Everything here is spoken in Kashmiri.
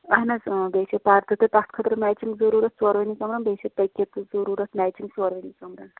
اَہَن حظ بیٚیہِ چھِ پرٛدٕ تہِ تَتھ خٲطرٕ میٚچِنٛگ ضروٗرت ژوروٕنی کَمرَن بیٚیہِ چھِ تٔکیہِ تہِ ضرٗورت میٚچِنٛگ ژوروٕنی کَمرَن